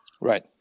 right